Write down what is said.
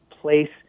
place